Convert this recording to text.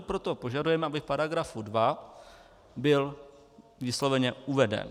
Proto požadujeme, aby v § 2 byl vysloveně uveden.